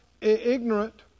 ignorant